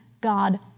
God